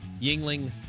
Yingling